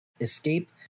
escape